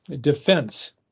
defense